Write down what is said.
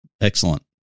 Excellent